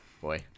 Boy